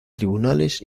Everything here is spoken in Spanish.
tribunales